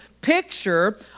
picture